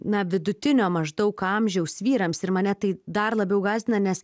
na vidutinio maždaug amžiaus vyrams ir mane tai dar labiau gąsdina nes